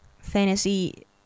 Fantasy